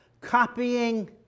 copying